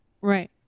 Right